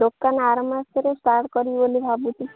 ଦୋକାନ ଆର ମାସରେ ଷ୍ଟାର୍ଟ କରିବି ବୋଲି ଭାବୁଛି